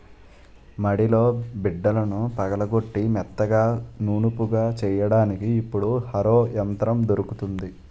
మడిలో బిడ్డలను పగలగొట్టి మెత్తగా నునుపుగా చెయ్యడానికి ఇప్పుడు హరో యంత్రం దొరుకుతుంది